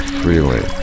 freely